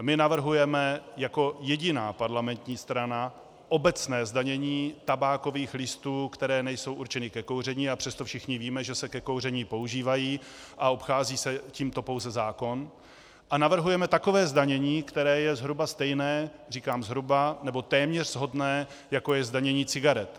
My navrhujeme jako jediná parlamentní strana obecné zdanění tabákových listů, které nejsou určené ke kouření, a přesto všichni víme, že se ke kouření používají, a obchází se tímto pouze zákon, a navrhujeme takové zdanění, které je zhruba stejné, říkám zhruba nebo téměř shodné, jako je zdanění cigaret.